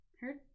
Heard